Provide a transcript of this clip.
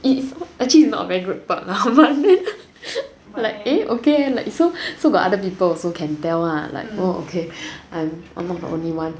it's actually not very good thought lah like eh okay eh so got other people also can tell ah like so oh okay I'm not the only one